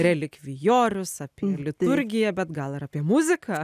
relikvijorius apie liturgiją bet gal ir apie muziką